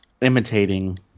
imitating